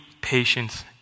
patience